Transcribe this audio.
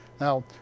Now